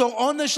בתור עונש,